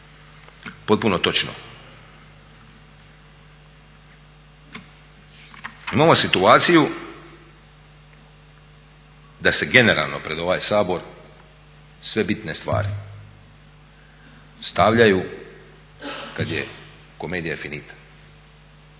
Potpuno točno! Imamo situaciju da se generalno pred ovaj Sabor sve bitne stvari stavljaju kad je komedija finita.